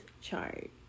chart